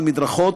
על מדרכות,